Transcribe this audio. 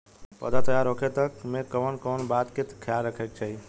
पौधा तैयार होखे तक मे कउन कउन बात के ख्याल रखे के चाही?